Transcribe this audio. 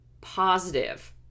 positive